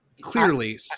clearly